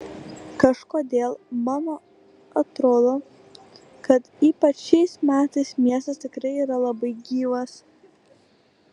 kažkodėl mano atrodo kad ypač šiais metais miestas tikrai yra labai gyvas